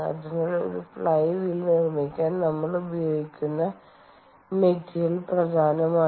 അതിനാൽ ഒരു flywheel നിർമ്മിക്കാൻ നമ്മൾ ഉപയോഗിക്കുന്ന മെറ്റീരിയൽ പ്രധാനമാണ്